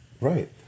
Right